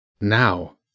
Now